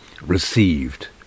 received